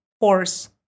horse